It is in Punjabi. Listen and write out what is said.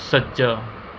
ਸੱਜਾ